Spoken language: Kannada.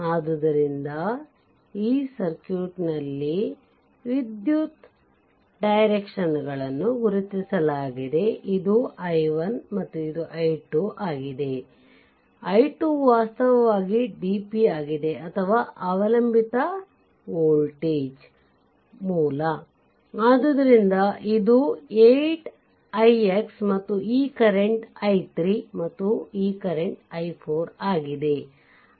ಆದ್ದರಿಂದ ಈ ಸರ್ಕ್ಯೂಟ್ನಲ್ಲಿ ವಿದ್ಯುತ್ ನಿರ್ದೇಶನಗಳನ್ನು ಗುರುತಿಸಲಾಗಿದೆ ಇದು i1 ಮತ್ತು ಇದು i2 ಆಗಿದೆ i2 ವಾಸ್ತವವಾಗಿ DP ಆಗಿದೆ ಅಥವಾ ಅವಲಂಬಿತ ವೋಲ್ಟೇಜ್ ಮೂಲ ಆದ್ದರಿಂದ ಇದು 8 ix ಮತ್ತು ಈ ಕರೆಂಟ್ i3 ಮತ್ತು ಈ ಕರೆಂಟ್ i4 ಆಗಿದೆ